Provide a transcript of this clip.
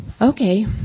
Okay